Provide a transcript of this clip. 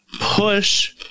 push